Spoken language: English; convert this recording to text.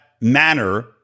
manner